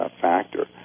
factor